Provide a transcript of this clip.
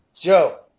Joe